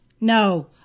No